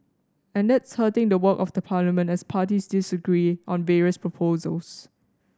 and that's hurting the work of the parliament as parties disagree on various proposals